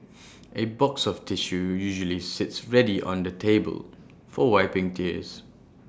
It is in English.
A box of tissue usually sits ready on the table for wiping tears